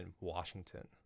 Washington